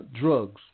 drugs